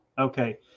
Okay